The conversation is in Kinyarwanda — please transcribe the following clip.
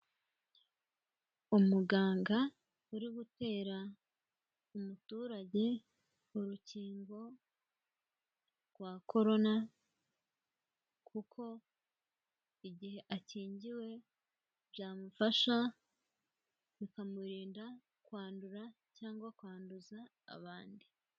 Umuganga uri gutera umuturage, urukingo rwa Corona, kuko igihe akingiwe, byamufasha bikamurinda kwandura, cyangwa kwanduza abandi.